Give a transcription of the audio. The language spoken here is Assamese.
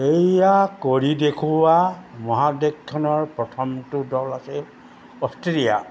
এয়া কৰি দেখুওৱা মহাদেশখনৰ প্ৰথমটো দল আছিল অষ্ট্ৰেলিয়া